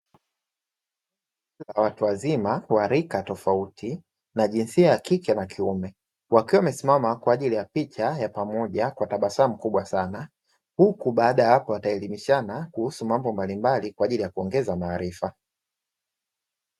Kundi la watu wazima wa rika tofauti wa jinsia ya kike na kiume wakiwa wamesimama kwa ajili ya picha ya pamoja kwa tabasamu kubwa sana, huku baada ya hapo wataelimishana kuhusu mambo mbalimbali kwa ajili ya kuongeza maarifa.